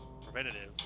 preventative